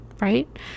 Right